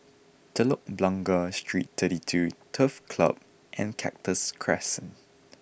Telok Blangah Street twenty two Turf Club and Cactus Crescent